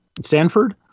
Stanford